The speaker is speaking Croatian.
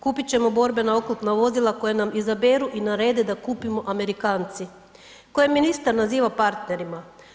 Kupit ćemo borbena oklopna vozila koja nam izaberu i narede da kupimo Amerikanci, koje ministar naziva partnerima.